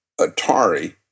Atari